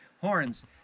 Horns